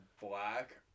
black